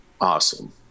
awesome